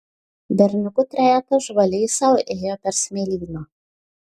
berniukų trejetas žvaliai sau ėjo per smėlyną